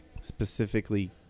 specifically